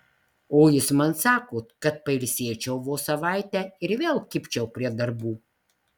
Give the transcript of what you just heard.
o jis man sako kad pailsėčiau vos savaitę ir vėl kibčiau prie darbų